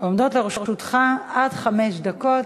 עומדות לרשותך עד חמש דקות